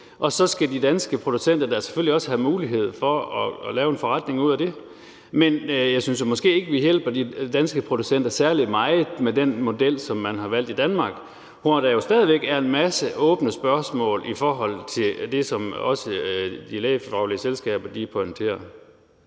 Og så skal de danske producenter da selvfølgelig også have mulighed for at lave en forretning ud af det. Men jeg synes måske ikke, vi hjælper de danske producenter særlig meget med den model, som man har valgt i Danmark, hvor der jo stadig væk er en masse åbne spørgsmål i forhold til det, som også de lægefaglige selskaber pointerer.